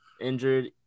injured